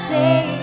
day